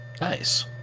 Nice